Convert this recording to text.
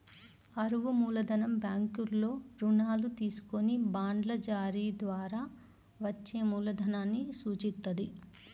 అరువు మూలధనం బ్యాంకుల్లో రుణాలు తీసుకొని బాండ్ల జారీ ద్వారా వచ్చే మూలధనాన్ని సూచిత్తది